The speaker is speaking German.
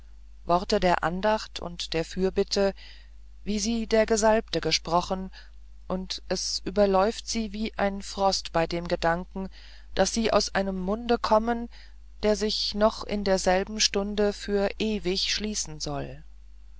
worte der andacht und der fürbitte wie sie der gesalbte gesprochen und es überläuft sie wie ein frost bei dem gedanken daß sie aus einem munde kommen der sich noch in derselben stunde für ewig schließen soll